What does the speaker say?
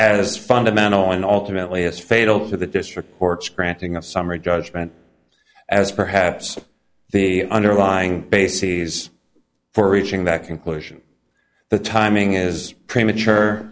as fundamental and alternately as fatal to the district court's granting a summary judgment as perhaps the underlying bases for reaching that conclusion the timing is premature